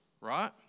right